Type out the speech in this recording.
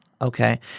Okay